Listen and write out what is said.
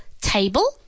table